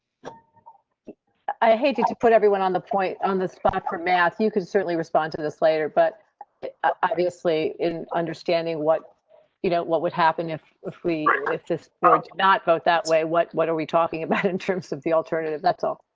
ah i hate to put everyone on the point on the spot for math you could certainly respond to this later, but obviously, in understanding what you know what would happen if if we, if this not both that way, what what are we talking about in terms of the alternative? that's all.